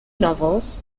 novels